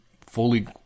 fully